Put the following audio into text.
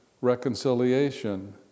reconciliation